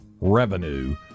revenue